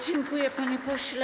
Dziękuję, panie pośle.